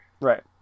Right